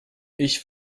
ich